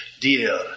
dear